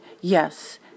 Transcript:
yes